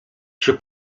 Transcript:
przy